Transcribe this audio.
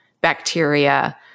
bacteria